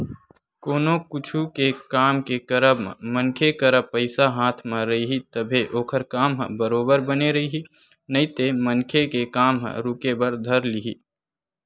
कोनो कुछु के काम के करब म मनखे करा पइसा हाथ म रइही तभे ओखर काम ह बरोबर बने रइही नइते मनखे के काम ह रुके बर धर लिही